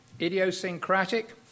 Idiosyncratic